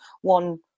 one